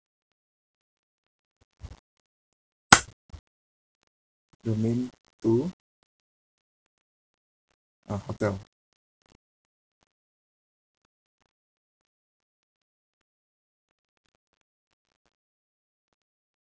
domain two ah hotel